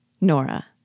Nora